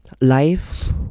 life